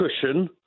cushion